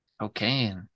Okay